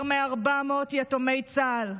יותר מ-400 יתומי צה"ל,